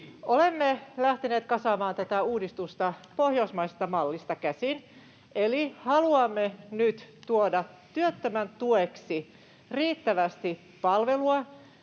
Olemme lähteneet kasaamaan tätä uudistusta pohjoismaisesta mallista käsin, eli haluamme nyt tuoda työttömän tueksi riittävästi palvelua: